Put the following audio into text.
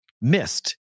missed